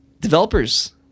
developers